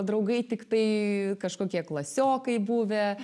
draugai tiktai kažkokie klasiokai buvę